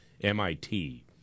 MIT